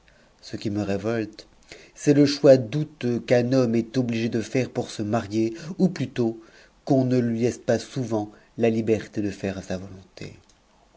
ce qui me révolté e est le choix douteux qu'un homme est obligé de faire pour se marier ou plutôt qu'on ne lui laisse pas souvent la liberté de faire à sa volonté